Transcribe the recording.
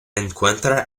encuentra